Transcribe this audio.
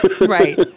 Right